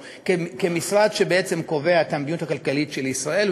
כמשרד שבעצם קובע את המדיניות הכלכלית של ישראל,